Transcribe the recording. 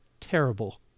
terrible